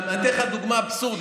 אני אתן לך דוגמה אבסורדית.